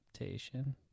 adaptation